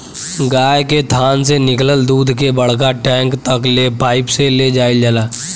गाय के थान से निकलल दूध के बड़का टैंक तक ले पाइप से ले जाईल जाला